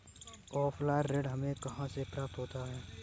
Offline ऋण हमें कहां से प्राप्त होता है?